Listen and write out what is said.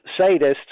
sadists